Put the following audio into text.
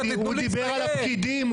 הוא דיבר על הפקידים.